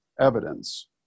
evidence